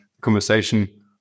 conversation